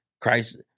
Christ